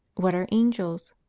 what are angels?